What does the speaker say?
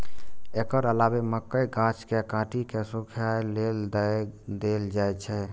एकर अलावे मकइक गाछ कें काटि कें सूखय लेल दए देल जाइ छै